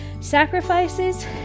Sacrifices